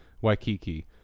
Waikiki